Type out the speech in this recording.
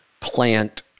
plant